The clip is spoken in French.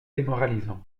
démoralisant